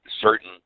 Certain